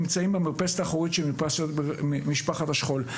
נמצאים במרפסת האחורית של משפחת השכול.